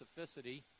specificity